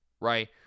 right